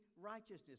righteousness